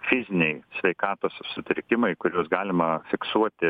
fiziniai sveikatos sutrikimai kuriuos galima fiksuoti